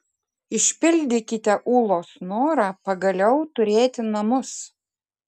išpildykite ūlos norą pagaliau turėti namus